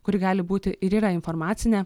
kuri gali būti ir yra informacinė